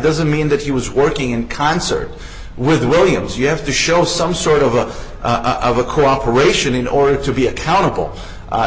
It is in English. doesn't mean that he was working in concert with williams you have to show some sort of i would cooperation in order to be accountable